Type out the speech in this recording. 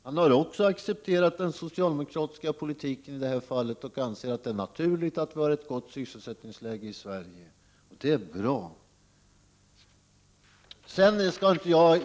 Han har också accepterat den socialdemokratiska politiken i det här fallet och anser att det är naturligt att vi har ett högt sysselsättningsläge i Sverige. Det är bra.